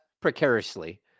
precariously